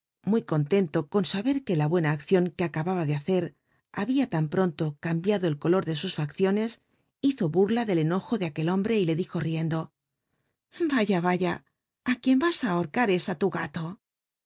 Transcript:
r conlenlo con saber que la buena accion r ue acababa de hacer haijia tan prouto cambiado el color de sus facciones hizo burla del enojo de aquel homijrc y le dijo riendo va a raya l a quien ras il ahorcar e á tu galo